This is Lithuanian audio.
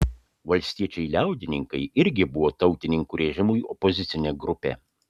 valstiečiai liaudininkai irgi buvo tautininkų režimui opozicinė grupė